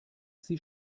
sie